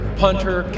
punter